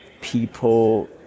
people